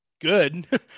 good